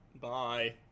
Bye